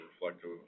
reflective